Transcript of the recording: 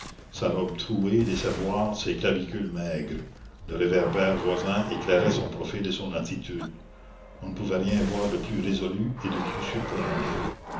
sa robe trouée laissait voir ses clavicules maigres le réverbère voisin éclairait son profil et son attitude on ne pouvait rien voir de plus résolu et de plus surprenant